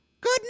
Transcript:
Good